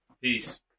Peace